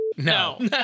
No